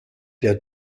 der